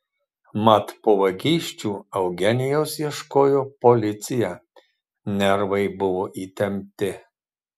mat po vagysčių eugenijaus ieškojo policija nervai buvo įtempti